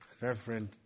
Reverend